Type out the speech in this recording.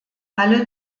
alle